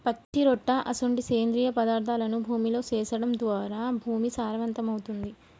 పచ్చిరొట్ట అసొంటి సేంద్రియ పదార్థాలను భూమిలో సేర్చడం ద్వారా భూమి సారవంతమవుతుంది